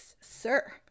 Sir